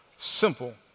Simple